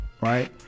right